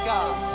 God